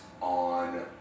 on